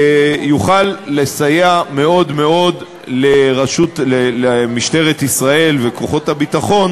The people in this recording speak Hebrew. יוכל לסייע מאוד מאוד למשטרת ישראל ולכוחות הביטחון